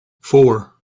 four